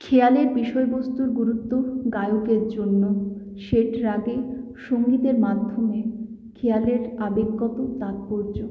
খেয়ালের বিষয়বস্তুর গুরুত্ব গায়কের জন্য সেট রাগে সঙ্গীতের মাধ্যমে খেয়ালের আবেগগত তাৎপর্য